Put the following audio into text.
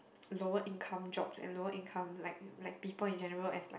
lower income jobs and lower income like like people in general as like